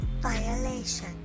Violation